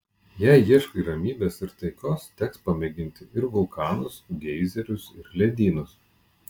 jei ieškai ramybės ir taikos teks pamėgti ir vulkanus geizerius ir ledynus